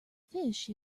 fish